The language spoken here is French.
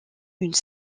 une